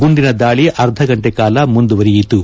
ಗುಂಡಿನ ದಾಳಿ ಅರ್ಧ ಗಂಟೆ ಕಾಲ ಮುಂದುವರಿಯಿತು